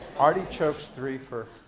artie chokes three for.